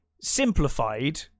simplified